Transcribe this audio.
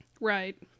Right